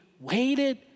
waited